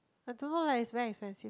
I don't know leh its very expensive